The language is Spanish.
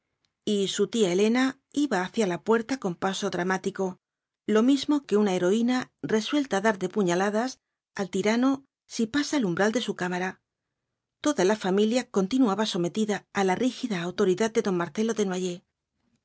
y su tía elena iba hacia la puerta con paso dramático lo mismo que una heroína resuelta á dar de puñaladas al tirano si pasa el umbral de su cámara toda la familia continuaba sometida á la rígida autoridad de don marcelo